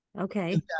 Okay